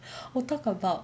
oh talk about